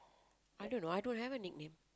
I don't know I don't have a nickname